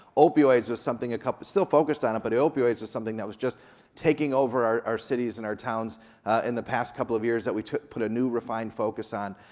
opioids was something, still focused on it, but opioids was something that was just taking over our our cities and our towns in the past couple of years that we put a new, refined focus on.